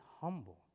humble